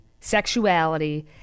sexuality